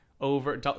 over